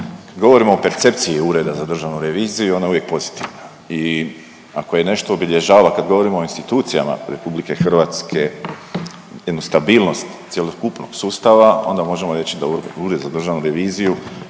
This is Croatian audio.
jer govorimo o percepciji Ureda za državnu reviziju i ona je uvijek pozitivna i ako je nešto obilježava kad govorimo o institucijama RH njenu stabilnost cjelokupnog sustava onda možemo reći da Ured za državnu reviziju